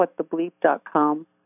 WhatTheBleep.com